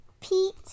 Pete